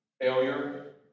Failure